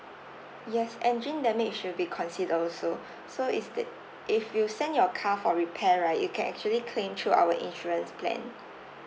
yes engine damage will be considered also so is that if you send your car for repair right you can actually claim through our insurance plan